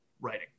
writing